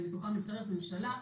ומתוכם נבחרת ממשלה.